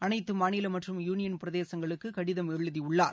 அனைத்துமாநிலமற்றும் union பிரதேசங்களுக்குகடிதம் எழுதியுள்ளார்